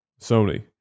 Sony